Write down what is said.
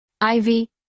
ivy